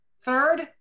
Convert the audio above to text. third